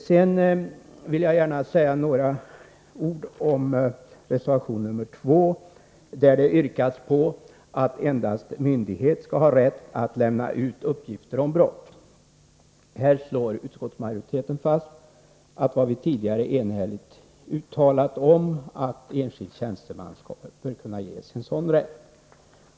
Sedan vill jag säga några ord om reservation 2 där det yrkas på att endast myndighet skall ha rätt att lämna ut uppgifter om brott. Utskottsmajoriteten står fast vid vad vi tidigare enhälligt uttalat om att enskild tjänsteman skall kunna ges sådan rätt.